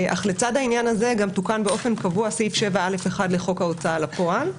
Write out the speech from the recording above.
אך לצד העניין הזה גם תוקן באופן קבוע סעיף 7א(1) לחוק ההוצאה לפועל.